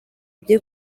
bye